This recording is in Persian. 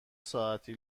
ساعتی